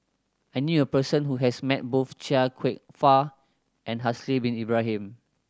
I knew a person who has met both Chia Kwek Fah and Haslir Bin Ibrahim